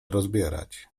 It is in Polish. rozbierać